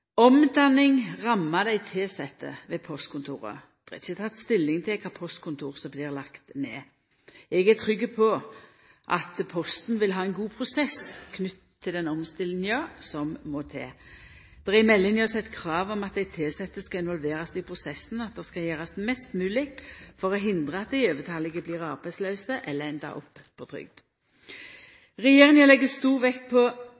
Omdanning rammar dei tilsette ved postkontora. Det er ikkje teke stilling til kva postkontor som blir lagde ned. Eg er trygg på at Posten vil ha ein god prosess knytt til den omstillinga som må til. Det er i meldinga sett krav om at dei tilsette skal involverast i prosessen, og at mest mogleg skal gjerast for å hindra at dei overtalige blir arbeidslause eller endar opp på trygd. Regjeringa legg stor vekt på